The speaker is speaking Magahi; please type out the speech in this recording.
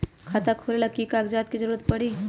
खाता खोले ला कि कि कागजात के जरूरत परी?